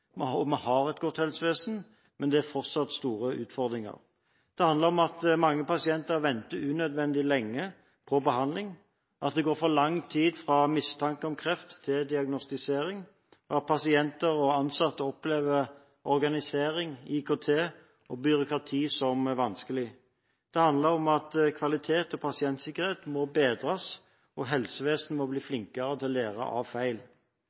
godt helsevesen, vi har et godt helsevesen, men det er fortsatt store utfordringer. Det handler om at mange pasienter venter unødvendig lenge på behandling, at det går for lang tid fra mistanke om kreft til diagnostisering, og at både pasienter og ansatte opplever organisering, IKT og byråkrati som vanskelig. Det handler om at kvalitet og pasientsikkerhet må bedres, og helsevesenet må bli flinkere til å lære av feil.